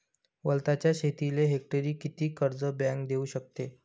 वलताच्या शेतीले हेक्टरी किती कर्ज बँक देऊ शकते?